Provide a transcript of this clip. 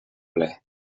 ple